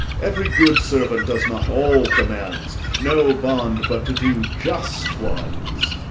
every good servant does not all commands no bond but to do just ones.